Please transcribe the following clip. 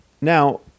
Now